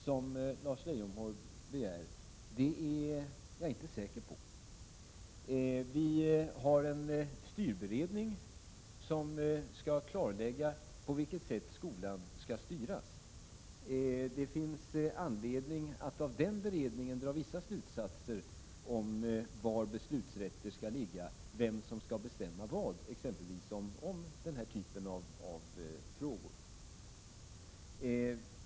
Lars Leijonborg begärde ju en "sådan. Vi har en styrberedning som skall klarlägga på vilket sätt skolan skall styras. Det finns anledning att av den beredningens resultat dra vissa slutsatser om var beslutsrätter skall ligga och om vem som skall bestämma vad, exempelvis när det gäller denna typ av frågor.